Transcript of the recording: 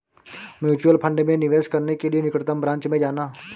mutual fund में निवेश करने के लिए निकटतम ब्रांच में जाना